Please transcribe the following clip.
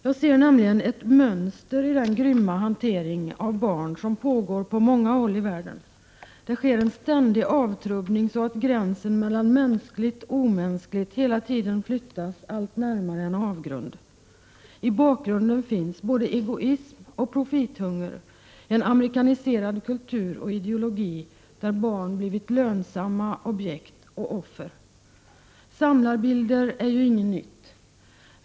Jag ser nämligen ett mönster i den grymma hantering av barn som pågår på många håll i världen. Det sker en ständig avtrubbning, så att gränsen mellan mänskligt och omänskligt hela tiden flyttas allt närmare en avgrund. I bakgrunden finns det både egoism och profithunger — en amerikaniserad kultur och ideologi, där barn har blivit lönsamma objekt och offer. Samlarbilder är ju inget nytt.